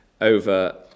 over